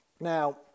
Now